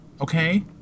okay